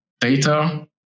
data